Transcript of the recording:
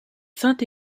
saint